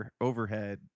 overhead